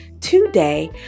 today